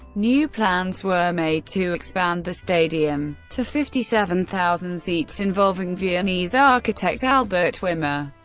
new plans were made to expand the stadium to fifty seven thousand seats, involving viennese architect albert wimmer.